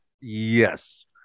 Yes